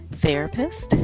therapist